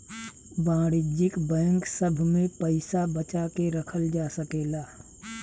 वाणिज्यिक बैंक सभ में पइसा बचा के रखल जा सकेला